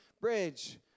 Bridge